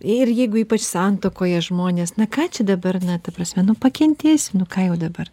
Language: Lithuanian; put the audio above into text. ir jeigu ypač santuokoje žmonės na ką čia dabar na ta prasme nu pakentėsiu nu ką jau dabar